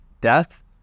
death